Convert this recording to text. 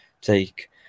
Take